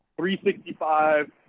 365